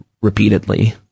repeatedly